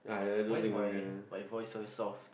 why is my my voice so soft